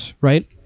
right